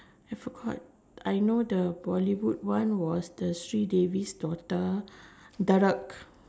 I forgot I know the Bollywood one was sri davi's daughter dhadak